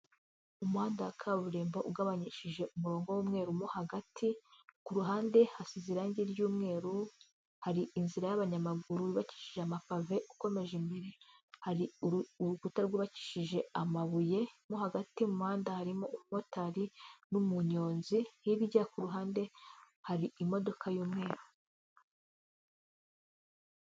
Umuhandada wa kaburerimbo ugabanyishije umurongo w'umweru mo hagati, ku ruhande hasize irangi ry'umweru, hari inzira y'abanyamaguru yubakishije amapave, ukomeje imbere hari urukuta rwubakishije amabuye, mo hagati mu muhanda harimo umotari n'umunyonz,i hirya ku ruhande hari imodoka y'umweru.